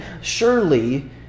surely